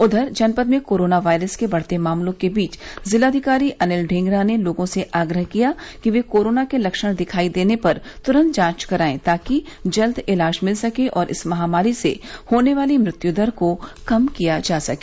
उधर जनपद में कोरोना वायरस के बढ़ते मामलों के बीच जिलाधिकारी अनिल ढींगरा ने लोगों से आग्रह किया है कि वे कोरोना के लक्षण दिखायी देने पर तुरंत जांच कराएं ताकि जल्द इलाज मिल सके और इस महामारी से होने वाली मृत्यु दर को कम किया जा सके